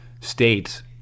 states